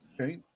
Okay